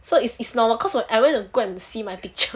so it's it's normal cause I I went to go and see my picture